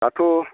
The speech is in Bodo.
दाथ'